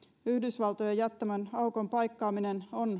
yhdysvaltojen jättämän aukon paikkaaminen on